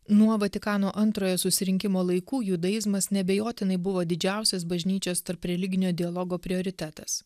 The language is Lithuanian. nuo vatikano antrojo susirinkimo laikų judaizmas neabejotinai buvo didžiausias bažnyčios tarpreliginio dialogo prioritetas